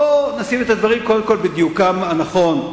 בוא נשים את הדברים קודם כול בדיוקם הנכון,